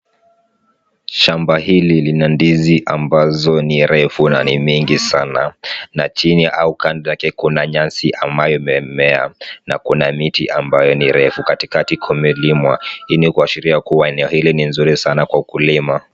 Shamba hili lina ndizi ambazo ni refu na ni mingi sana na chini au kando yake kuna nyasi ambayo imemea na kuna miti ambayo ni refu. Katikati kumelimwa hii ni kuashiria kuwa eneo hili ni nzuri sana kwa ukulima.